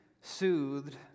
soothed